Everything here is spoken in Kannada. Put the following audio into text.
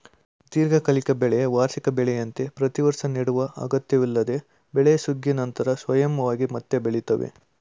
ದೀರ್ಘಕಾಲಿಕ ಬೆಳೆ ವಾರ್ಷಿಕ ಬೆಳೆಯಂತೆ ಪ್ರತಿವರ್ಷ ನೆಡುವ ಅಗತ್ಯವಿಲ್ಲದ ಬೆಳೆ ಸುಗ್ಗಿ ನಂತರ ಸ್ವಯಂವಾಗಿ ಮತ್ತೆ ಬೆಳಿತವೆ